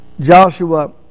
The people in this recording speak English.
Joshua